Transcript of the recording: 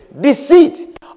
deceit